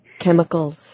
chemicals